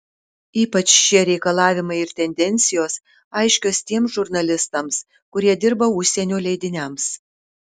ypač šie reikalavimai ir tendencijos aiškios tiems žurnalistams kurie dirba užsienio leidiniams